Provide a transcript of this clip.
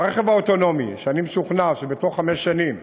הרכב האוטונומי, ואני משוכנע שבתוך חמש שנים